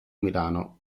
milano